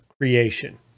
creation